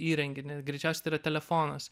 įrenginį greičiausiai yra telefonas